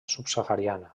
subsahariana